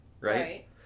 right